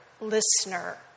listener